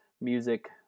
music